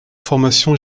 formations